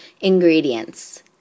Ingredients